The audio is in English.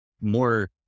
more